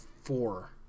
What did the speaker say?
four